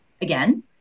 again